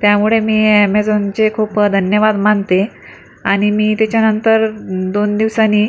त्यामुळे मी ॲमेझॉनचे खुप अ धन्यवाद मानते आनी मी तेच्यानंतर दोन दिवसांनी